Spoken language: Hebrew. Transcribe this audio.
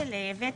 ותק,